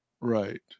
Right